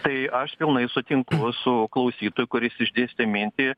tai aš pilnai sutinku su klausytoju kuris išdėstė mintį